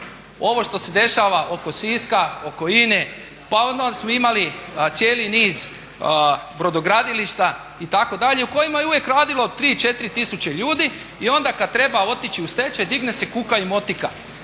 ovo što se dešava oko Siska, oko INA-e, pa onda smo imali cijeli niz brodogradilišta itd. u kojima je uvijek radilo 3, 4 tisuće ljudi i onda kad treba otići u stečaj digne se kuka i motika